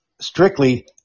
strictly